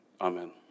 Amen